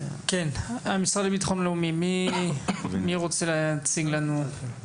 המשרד לביטחון לאומי, מי רוצה להציג לנו?